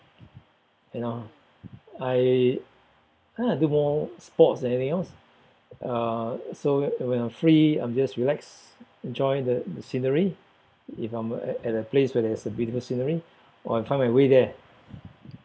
you know I think I do more sports than anything else uh so when I'm free I'm just relax enjoy the the scenery if I'm at at a place where there's a beautiful scenery or I find my way there